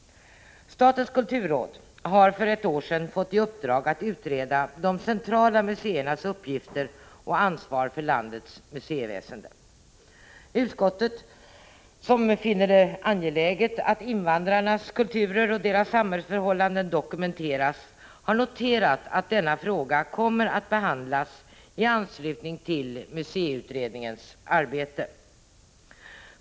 Statens kulturråd har för ett år sedan fått i uppdrag att utreda de centrala museernas uppgifter och ansvar för landets museiväsende. Utskottet, som finner det angeläget att invandrarnas kulturer och samhällsförhållanden dokumenteras, har noterat att denna fråga kommer att behandlas i anslutning till museiutredningens arbete.